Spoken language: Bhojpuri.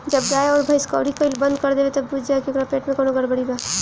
जब गाय अउर भइस कउरी कईल बंद कर देवे त बुझ जा की ओकरा पेट में कवनो गड़बड़ी बा